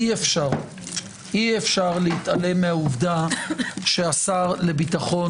אי-אפשר להתעלם מהעובדה שהשר לביטחון